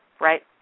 right